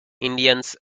indians